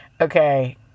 Okay